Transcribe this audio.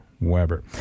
Weber